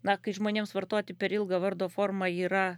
na kai žmonėms vartoti per ilgą vardo formą yra